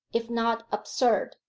if not absurd.